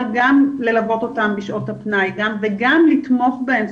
גם ללוות אותם בשעות הפנאי וגם לתמוך בהם.